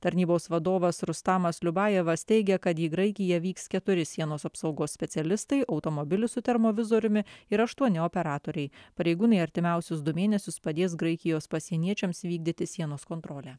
tarnybos vadovas rustamas liubajevas teigia kad į graikiją vyks keturi sienos apsaugos specialistai automobilis su termovizoriumi ir aštuoni operatoriai pareigūnai artimiausius du mėnesius padės graikijos pasieniečiams vykdyti sienos kontrolę